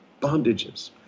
bondages